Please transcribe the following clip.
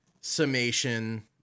summation